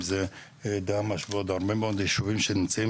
אם זה דהמש ועוד הרבה מאוד יישובים שנמצאים